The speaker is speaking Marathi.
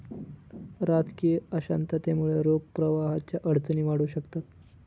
राजकीय अशांततेमुळे रोख प्रवाहाच्या अडचणी वाढू शकतात